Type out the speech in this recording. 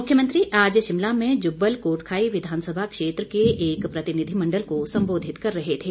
मुख्यमंत्री आज शिमला में जुब्बल कोटखाई विधानसभा क्षेत्र के एक प्रतिनिधिमंडल को संबोधित कर रहे थे